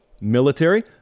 military